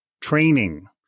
training